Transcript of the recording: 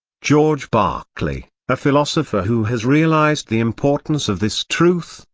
george berkeley, a philosopher who has realized the importance of this truth,